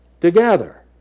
Together